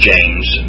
James